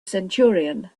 centurion